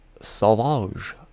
Sauvage